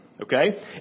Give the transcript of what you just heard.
okay